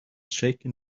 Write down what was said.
shaken